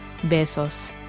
Besos